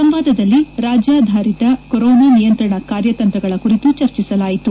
ಸಂವಾದದಲ್ಲಿ ರಾಜ್ಲಾಧಾರಿತ ಕೊರೊನಾ ನಿಯಂತ್ರಣ ಕಾರ್ಯತಂತ್ರಗಳ ಕುರಿತು ಚರ್ಚಿಸಲಾಯಿತು